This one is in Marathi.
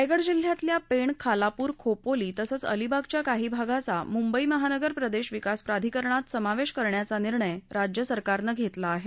रायगड जिल्हयातल्या पेण खालापूर खोपोली तसंच अलिबागच्या काही भागाचा मुंबई महानगर प्रदेश विकास प्राधिकरणात समावेश करण्याचा निर्णय राज्य सरकारनं घेतला आहे